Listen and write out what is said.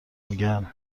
میگن